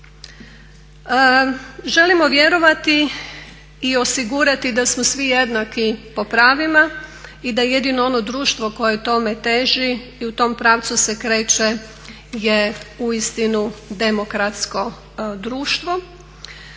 Želimo vjerovati i osigurati da smo svi jednaki po pravima i da jedino ono društvo koje tome teži i u tom pravcu se kreće je uistinu demokratsko društvo